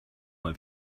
mal